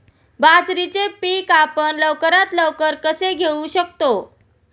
बाजरीचे पीक आपण लवकरात लवकर कसे घेऊ शकतो?